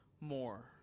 more